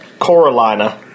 Coralina